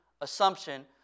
assumption